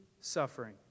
suffering